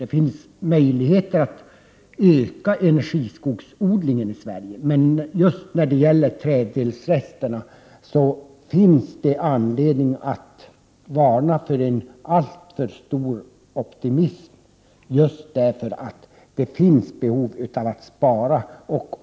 Det är möjligt att öka energiskogsodlingen i Sverige. Men just när det gäller träddelsresterna finns det anledning att varna för en alltför stor optimism. Det finns ju behov av att spara.